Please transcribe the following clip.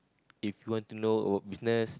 if you want to know about business